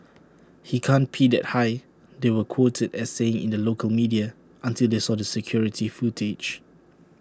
he can't pee that high they were quoted as saying in the local media until they saw the security footage